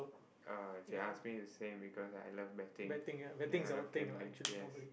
uh if you ask me it's the same because I love betting ya I love gambling yes